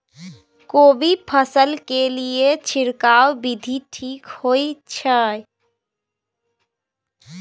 कोबी फसल के लिए छिरकाव विधी ठीक होय छै?